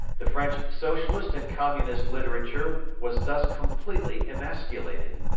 the french socialist and communist literature was thus completely emasculated.